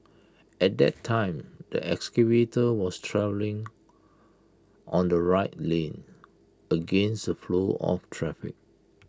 at that time the excavator was travelling on the right lane against flow of traffic